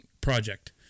project